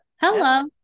hello